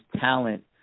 talent